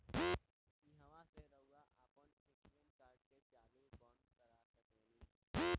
ईहवा से रऊआ आपन ए.टी.एम कार्ड के चालू बंद कर सकेनी